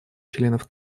членов